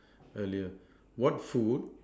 earlier what food